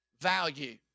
value